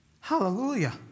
Hallelujah